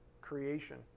creation